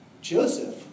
Joseph